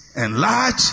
enlarge